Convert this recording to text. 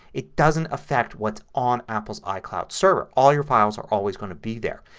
it doesn't effect what's on apple's icloud server. all your files are always going to be there.